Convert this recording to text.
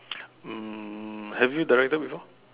um have you directed before